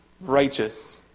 righteous